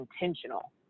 intentional